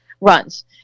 runs